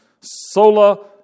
sola